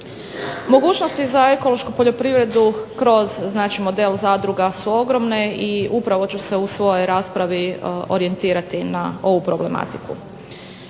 Mogućnosti za ekološku poljoprivredu kroz znači model zadruga su ogromne i upravo ću se u svojoj raspravi orijentirati na ovu problematiku.